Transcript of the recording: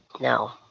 No